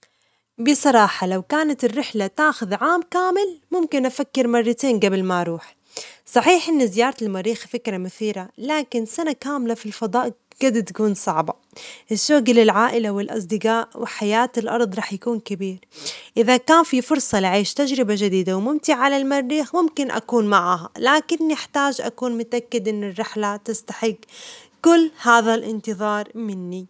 بصراحة لو كانت الرحلة تأخذ عاما كامل ممكن أفكر مرتين جبل ما أروح، صحيح إن زيارة المريخ فكرة مثيرة لكن سنة كاملة في الفضاء قد تكون صعبة، شوجي للعائلة والأصدجاء وحياة الأرض رح يكون كبير، إذا كان في فرصة لعيش تجربة جديدة وممتعة للمريخ ممكن أكون معاها لكن نحتاج أكون متأكدة إنه الرحلة تستحج كل هذا الانتظار مني.